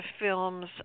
films